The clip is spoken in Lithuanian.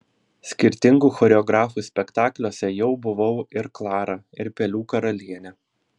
skirtingų choreografų spektakliuose jau buvau ir klara ir pelių karalienė